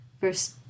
First